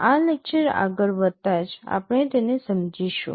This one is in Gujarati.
આ લેક્ચર આગળ વધતાં જ આપણે તેને સમજીશું